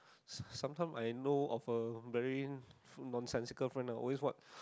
some~ sometimes I know of a very nonsensical friend ah always what